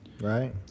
Right